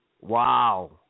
Wow